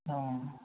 অঁ